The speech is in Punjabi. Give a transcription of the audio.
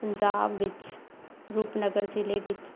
ਪੰਜਾਬ ਵਿੱਚ ਰੂਪਨਗਰ ਜ਼ਿਲ੍ਹੇ ਵਿੱਚ